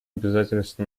обязательств